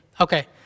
Okay